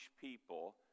people